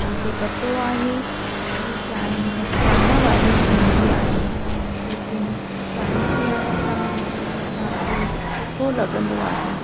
असांखे पतो आहे की चांहि नुक़सान वारी थींदी आहे लेकिन चांहि पीअण सां असांखे सुठो लॻंदो आहे